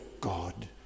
God